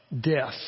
Death